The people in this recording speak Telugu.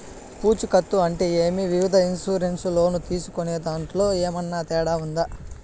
పూచికత్తు అంటే ఏమి? వివిధ ఇన్సూరెన్సు లోను తీసుకునేదాంట్లో ఏమన్నా తేడా ఉందా?